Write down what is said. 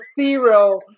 zero